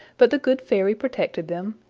but the good fairy protected them,